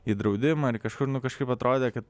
į draudimą ar kažkur nu kažkaip atrodė kad